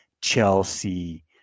Chelsea